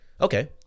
Okay